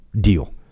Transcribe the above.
deal